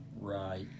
right